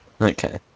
Okay